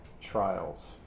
trials